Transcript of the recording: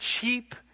cheap